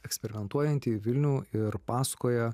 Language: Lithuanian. eksperimentuojantį vilnių ir pasakoja